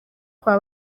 kwa